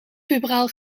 puberaal